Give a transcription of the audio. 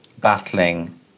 battling